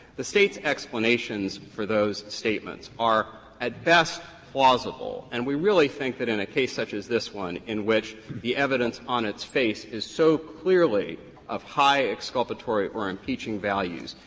the state's explanations for those statements are at best plausible. and we really think that in a case such as this one, in which the evidence on its face is so clearly of high exculpatory or impeaching values,